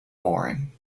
mooring